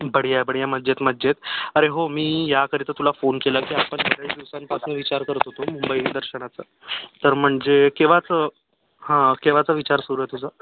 बढिया बढिया मजेत मजेत अरे हो मी याकरिता तुला फोन केला की आपण बरेच दिवसांपासून विचार करत होतो मुंबई दर्शनाचा तर म्हणजे केव्हाचं हां केव्हाचा विचार सुरू आहे तुझा